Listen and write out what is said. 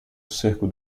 cerco